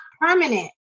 permanent